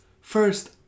First